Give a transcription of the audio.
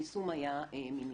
היישום היה מינימלי.